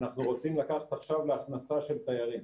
אנחנו רוצים לקחת עכשיו להכנסה של תיירים.